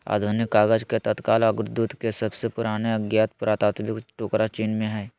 आधुनिक कागज के तत्काल अग्रदूत के सबसे पुराने ज्ञात पुरातात्विक टुकड़ा चीन में हइ